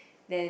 then